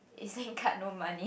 e_z link card no money